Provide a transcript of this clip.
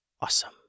awesome